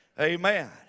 amen